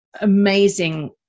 amazing